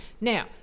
Now